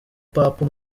papa